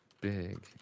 big